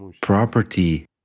property